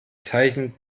zeichen